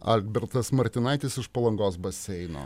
albertas martinaitis iš palangos baseino